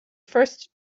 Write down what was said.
first